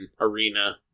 arena